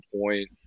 point